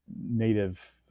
native